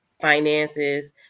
finances